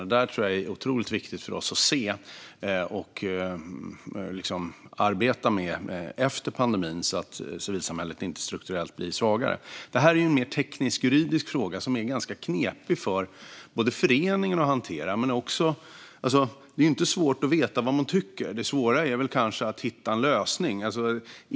Detta tror jag att det är otroligt viktigt för oss att se och arbeta med efter pandemin så att civilsamhället inte blir strukturellt svagare. Detta är en mer teknisk, juridisk fråga, som är ganska knepig för föreningarna att hantera. Det svåra här är inte att veta vad man tycker utan kanske att hitta en lösning.